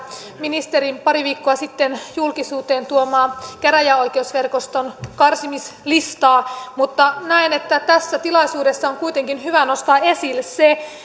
ministerin pari viikkoa sitten julkisuuteen tuomaa käräjäoikeusverkoston karsimislistaa mutta näen että tässä tilaisuudessa on kuitenkin hyvä nostaa esille se